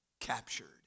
captured